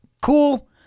Cool